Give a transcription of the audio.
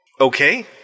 Okay